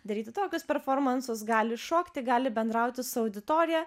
daryti tokius performansus gali šokti gali bendrauti su auditorija